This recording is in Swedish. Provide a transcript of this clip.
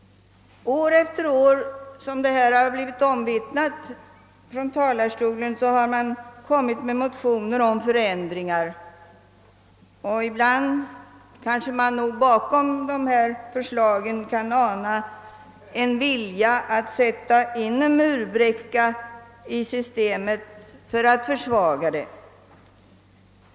År efter år har som omvittnats från denna talarstol motioner presenterats med krav på nya förändringar. Ibland kan man nog bakom dessa förslag ana en vilja att sätta in en murbräcka för att försvaga det nuvarande systemet.